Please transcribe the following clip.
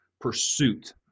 pursuit